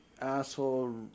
asshole